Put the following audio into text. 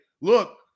look